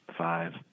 Five